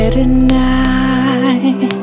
tonight